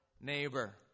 neighbor